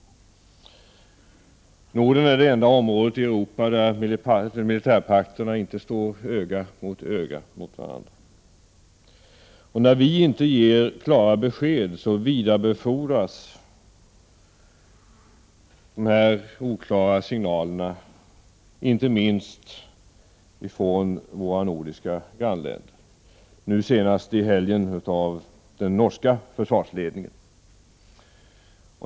Norden är det enda området i Europa där militärpakterna inte står öga mot öga. När vi inte ger klara besked, vidarebefordras de oklara signalerna till våra nordiska grannländer och leder till reaktioner, nu senast i helgen av den norska försvarsledningen.